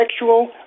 sexual